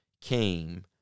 came